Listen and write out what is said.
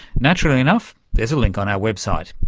naturally enough there's a link on our website,